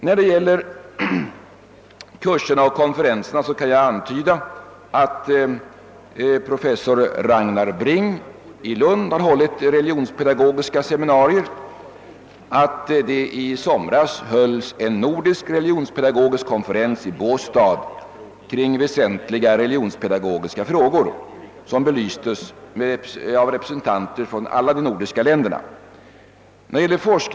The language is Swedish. När det gäller kurser och konferenser kan jag påpeka att professor Ragnar Bring i Lund har hållit religionspedagogiska seminarier och att det i somras hölls en nordisk religionspedagogisk konferens i Båstad kring väsentliga religionspedagogiska frågor, vilka belystes av representanter från alla de nordiska länderna.